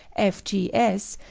f g s,